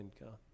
income